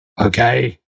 Okay